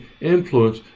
influence